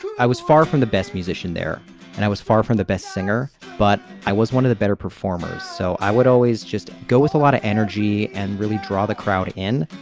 i was far from the best musician there and i was far from the best singer, but i was one of the better performers. so i would always just go with a lot of energy and really draw the crowd in